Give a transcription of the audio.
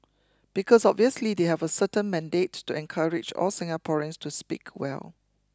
because obviously they have a certain mandate to encourage all Singaporeans to speak well